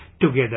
together